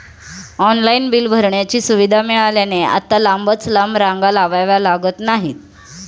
online bill भरण्याची सुविधा मिळाल्याने आता लांबच लांब रांगा लावाव्या लागत नाहीत